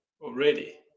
already